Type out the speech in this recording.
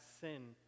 sin